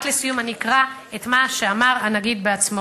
רק לסיום אני אקרא את מה שאמר הנגיד בעצמו,